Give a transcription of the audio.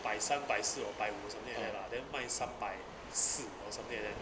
百三百四 or 百五 something like that then 卖三百四 or something like that